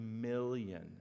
million